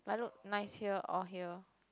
but I look nice here or here